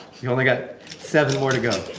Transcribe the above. you only got seven more to go